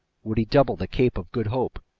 would he double the cape of good hope,